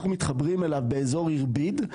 אנחנו מתחברים אליו באזור אירביד,